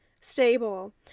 stable